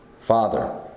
Father